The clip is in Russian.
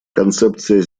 концепция